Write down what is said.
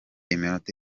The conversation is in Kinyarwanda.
iminota